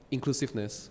Inclusiveness